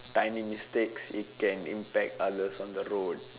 tiny mistakes it can impact others on the road